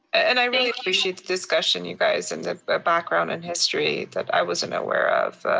and i really appreciate the discussion you guys, and the background and history that i wasn't aware of,